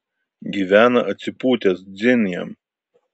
gyvena atsipūtęs dzin jam